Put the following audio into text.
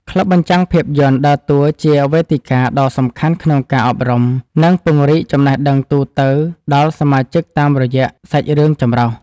ក្លឹបបញ្ចាំងភាពយន្តដើរតួជាវេទិកាដ៏សំខាន់ក្នុងការអប់រំ និងពង្រីកចំណេះដឹងទូទៅដល់សមាជិកតាមរយៈសាច់រឿងចម្រុះ។